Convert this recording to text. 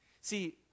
See